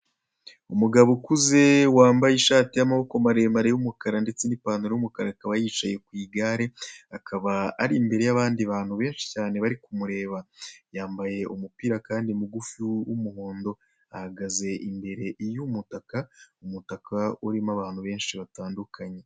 Umugabo ukuze wambaye ishati y'amaboko maremare y'umukara ndetse n'ipantaro y'umukara akaba yicaye ku igare, akaba ari imbere y'abandi bantu benshi cyane bari kumureba. Yambaye umupira kandi mugufi w'umuhondo, ahagaze imbere y'umutaka, umutaka urimo abantu benshi batandukanye.